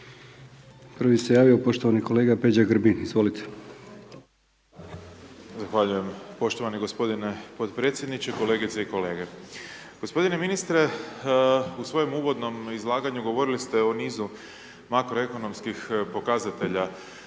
Prvi se javio poštovani kolega Peđa Grbin. Izvolite. **Grbin, Peđa (SDP)** Zahvaljujem poštovani gospodine podpredsjedniče, kolegice i kolege. Gospodine ministre, u svojem uvodnom izlaganju govorili ste o nizu makroekonomskih pokazatelja